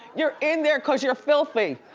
you're in there cause you're filthy.